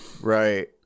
Right